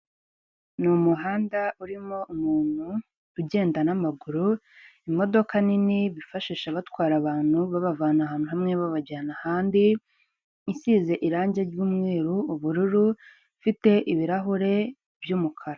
Ni umuhanda urimo umuntu ugenda n'amaguru, imodoka nini bifashisha batwara abantu babavana ahantu hamwe babajyana ahandi. isize irangi ry’ umweru, ubururu ifite ibirahure byumukara.